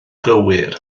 gywir